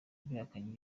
yabihakanye